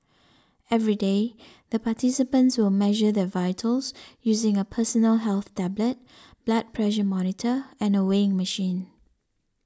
every day the participants will measure their vitals using a personal health tablet blood pressure monitor and a weighing machine